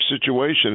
situation